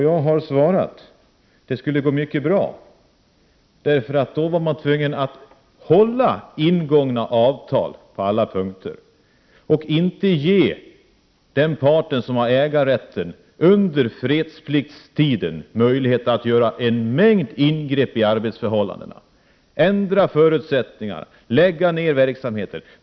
Jag har svarat att det skulle gå mycket bra, därför att då måste ingångna avtal hållas på alla punkter, och den part som har ägarrätten under fredspliktstiden skulle inte få möjlighet att göra en mängd ingrepp i arbetsförhållandena, t.ex. ändra förutsättningarna eller lägga ned verksamheten.